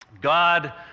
God